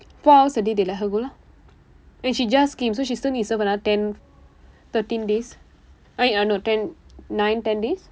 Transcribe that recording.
four hours a day they let her go lah when she just came so she's still need to serve another ten thirteen days I eh no ten nine ten days